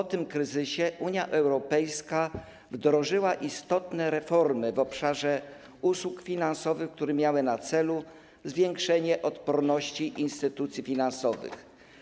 Po tym kryzysie Unia Europejska wdrożyła istotne reformy w obszarze usług finansowych, które miały na celu zwiększenie odporności instytucji finansowych.